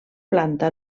planta